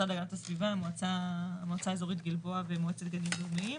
המועצה האזורית גלבוע ומועצת גנים לאומיים.